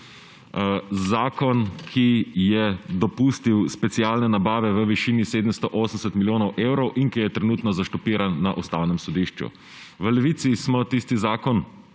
zakon, ki je dopustil specialne nabave v višini 780 milijonov evrov in ki je trenutno ustavljen na Ustavnem sodišču. V Levici smo tisti zakon